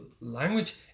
language